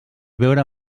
veure